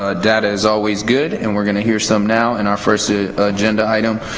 ah data is always good. and we're gonna hear some now in our first agenda item,